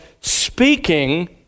speaking